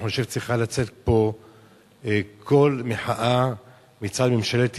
אני חושב שצריך לצאת פה קול מחאה מצד ממשלת ישראל.